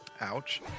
Ouch